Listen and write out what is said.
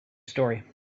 story